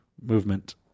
movement